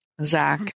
Zach